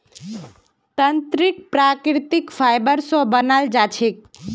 तंत्रीक प्राकृतिक फाइबर स बनाल जा छेक